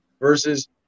versus